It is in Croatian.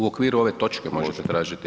U okviru ove točke možete tražiti?